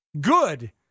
good